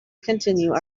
continue